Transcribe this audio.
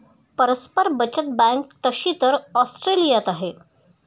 परस्पर बचत बँक तशी तर ऑस्ट्रेलियात आहे